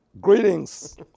Greetings